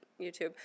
YouTube